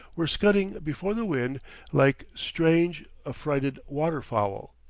were scudding before the wind like strange affrighted water-fowl,